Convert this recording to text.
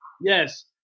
Yes